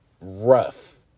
rough